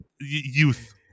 youth